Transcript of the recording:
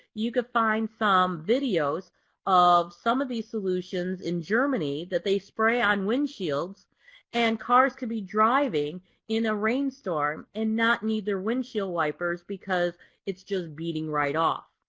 you could find some videos of some of these solutions in germany that they spray on windshields and cars can be driving in a rainstorm and not need their windshield wipers because it's just beading right off.